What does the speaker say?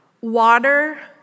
water